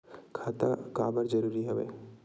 खाता का बर जरूरी हवे?